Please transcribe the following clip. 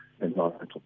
environmental